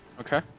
Okay